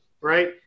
right